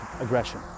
aggression